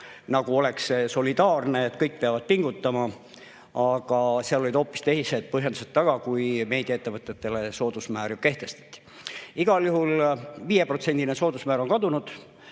see oleks solidaarne, et kõik peavad pingutama. Aga seal olid hoopis teised põhjendused taga, kui meediaettevõtetele soodusmäär kehtestati. Igal juhul on 5%-line soodusmäär kadunud,